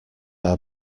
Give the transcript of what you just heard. are